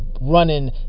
running